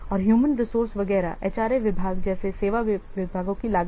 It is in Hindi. और ह्यूमन रिसोर्स वगैरह HRA विभाग जैसे सेवा विभागों की लागत